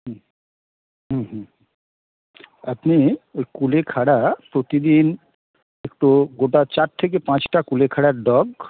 হুম হুম হুম আপনি ওই কুলেখাড়া প্রতিদিন একটু গোটা চার থেকে পাঁচটা কুলেখাড়ার ডগ